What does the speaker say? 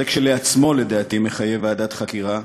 זה כשלעצמו לדעתי מחייב ועדת חקירה,